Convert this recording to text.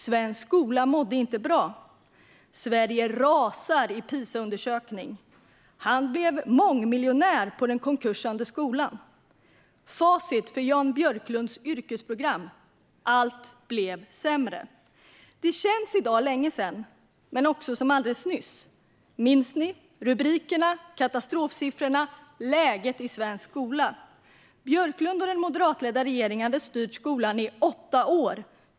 Svensk skola mådde inte bra: "Sverige rasar i Pisaundersökning", "Han blev mångmiljonär på den konkursade skolan", "Facit för Jan Björklunds yrkesprogram: 'Allt blev sämre'". Det känns i dag länge sedan men också som alldeles nyss. Minns ni rubrikerna, katastrofsiffrorna och läget i svensk skola? Björklund och den moderatledda regeringen hade styrt skolan i åtta år.